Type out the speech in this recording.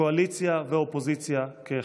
קואליציה ואופוזיציה כאחד.